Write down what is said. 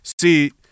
See